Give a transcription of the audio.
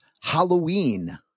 Halloween